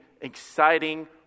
exciting